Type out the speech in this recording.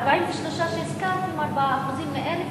ה-43 שהזכרת הם 4%, מהם כ-700,